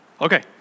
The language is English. Okay